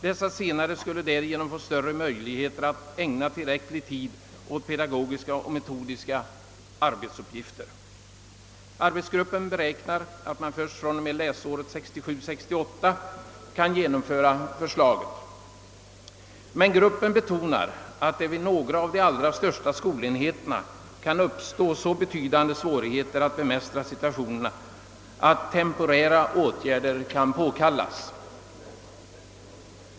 Rektor och studierektor skulle därigenom få större möjlighet att ägna tillräcklig tid åt pedagogiska och metodiska arbetsuppgifter. Arbetsgruppen beräknar att förslaget kan genomföras först fr.o.m. läsåret 1967/ 68, men gruppen betonar att det vid några av de allra största skolenheterna kan uppstå så betydande svårigheter att bemästra situationen, att temporära åtgärder kan påkallas.